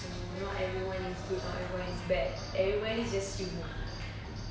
so not everyone is good not everyone is bad everyone is just human